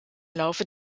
laufe